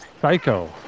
Psycho